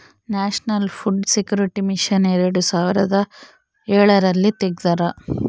national food security mission ಎರಡು ಸಾವಿರದ ಎಳರಲ್ಲಿ ತೆಗ್ದಾರ